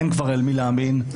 אין כבר למי להאמין,